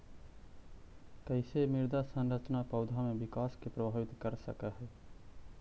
कईसे मृदा संरचना पौधा में विकास के प्रभावित कर सक हई?